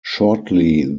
shortly